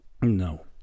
No